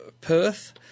Perth